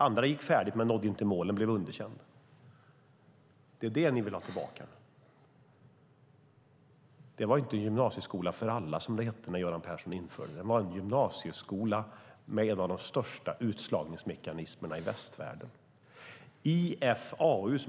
Andra gick färdigt men nådde inte målen och blev underkända. Det är vad ni nu vill ha tillbaka. Det var inte en gymnasieskola för alla, som det hette när Göran Persson införde den. Det var en gymnasieskola med en av de största utslagningsmekanismerna i västvärlden.